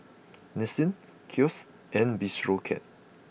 Nissin Kose and Bistro Cat